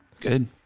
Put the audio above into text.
Good